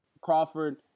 Crawford